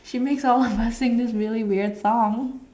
she makes all of us sing this really weird song